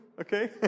okay